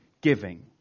giving